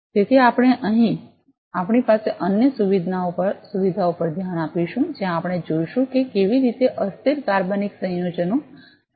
તેથી આપણે અહીં આપણી પાસે અન્ય સુવિધાઓ પર ધ્યાન આપીશું જ્યાં આપણે જોઈશું કે કેવી રીતે અસ્થિર કાર્બનિક સંયોજનો સંવેદનામાં આવશે